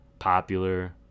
popular